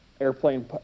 airplane